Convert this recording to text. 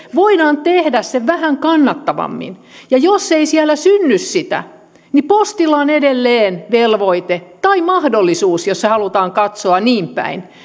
voidaan tehdä se vähän kannattavammin jos ei siellä synny sitä niin postilla on edelleen velvoite tai mahdollisuus jos se halutaan katsoa niin päin